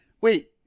wait